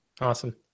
Awesome